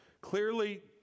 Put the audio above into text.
Clearly